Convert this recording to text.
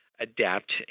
adapt